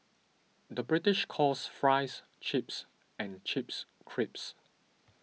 the British calls Fries Chips and Chips Crisps